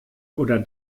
oder